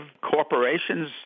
corporations